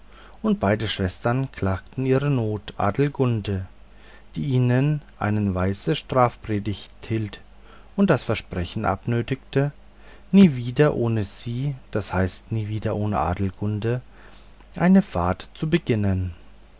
und beide schwestern klagten ihre not adelgunde die ihnen eine weise strafpredigt hielt und das versprechen abnötigte nie wieder ohne sie das heißt nie wieder ohne adelgunde eine fahrt zu beginnen